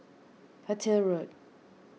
Petir Road